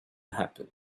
happen